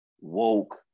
woke